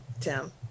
Tim